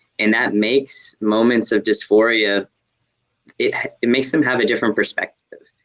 and that makes moments of dysphoria it it makes them have a different perspective.